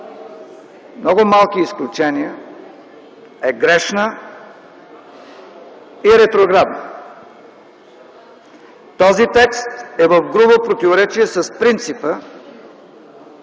много малки изключения е грешна и ретроградна. Този текст е в грубо противоречие с принципа